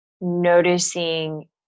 noticing